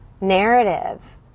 narrative